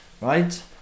right